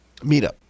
Meetup